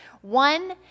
One